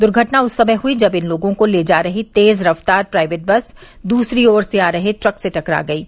दूर्घटना उस समय हुई जब इन लोगों को ले जा रही तेज रफ्तार प्राइवेट बस दूसरी ओर से आ रहे ट्रक से टकरा गयी